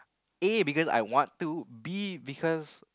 A because I want to B because